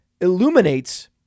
illuminates